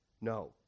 No